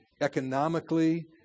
economically